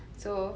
so